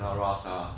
you know ross ah